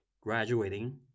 graduating